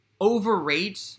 overrate